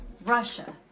Russia